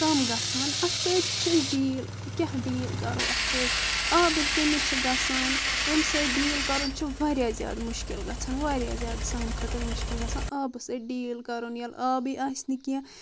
کم گژھان اتھ سۭتۍ چھِ أسۍ ڈیٖل کیٛاہ ڈیٖل کرو اتھ سۭتۍ آبٕچ کٔمی چھِ گژھان امۍ سۭتۍ ڈیٖل کرُن چھُ واریاہ زیادٕ مُشکِل گژھان واریاہ زیادٕ سانہِ خٲطرٕ مُشکِل گژھان آبس سۭتۍ ڈیٖل کرُن ییٚلہِ آبٕے آسہِ نہٕ کینٛہہ